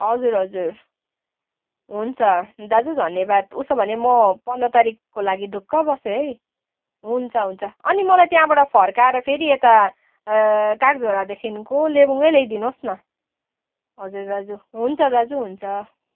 हजुर हजुर हुन्छ दाजु धन्यवाद उसो भने म पन्ध्र तारिकको लागि ढुक्क बसे है हुन्छ हुन्छ अनि मलाई त्यहाँबाट फर्काएर फेरि यता काग झोडादेखिको लेबुङ ल्याइदिनु होस् न हजुर दाजु हुन्छ दाजु हुन्छ